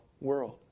world